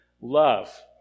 love